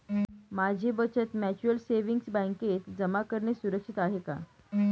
माझी बचत mutual savings बँकेत जमा करणे सुरक्षित आहे का